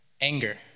Anger